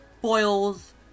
boils